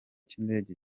cy’indege